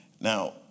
Now